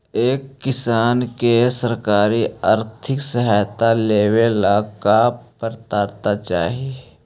एक किसान के सरकारी आर्थिक सहायता लेवेला का पात्रता चाही?